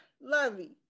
lovey